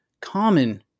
common